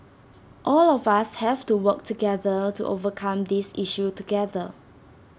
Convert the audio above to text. all of us have to work together to overcome this issue together